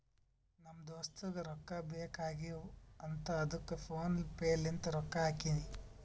ನಮ್ ದೋಸ್ತುಗ್ ರೊಕ್ಕಾ ಬೇಕ್ ಆಗೀವ್ ಅಂತ್ ಅದ್ದುಕ್ ಫೋನ್ ಪೇ ಲಿಂತ್ ರೊಕ್ಕಾ ಹಾಕಿನಿ